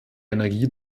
energie